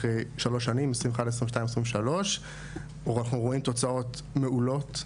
חמש שנים 21-22-23. אנחנו רואים תוצאות מעולות,